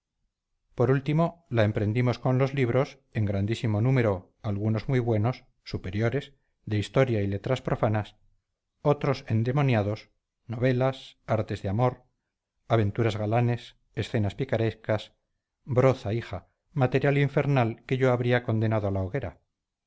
por último la emprendimos con los libros en grandísimo número algunos muy buenos superiores de historia y letras profanas otros endemoniados novelas artes de amor aventuras galantes escenas picarescas broza hija materia infernal que yo habría condenado a la hoguera